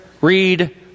read